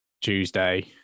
Tuesday